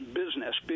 business